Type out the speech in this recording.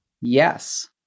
yes